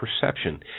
perception